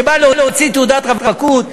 שבא להוציא תעודת רווקות,